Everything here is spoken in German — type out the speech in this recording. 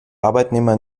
arbeitnehmer